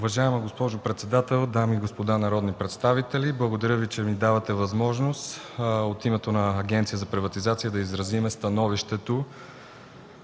Уважаема госпожо председател, дами и господа народни представители! Благодаря Ви, че ми давате възможност от името на Агенцията за приватизация и следприватизационен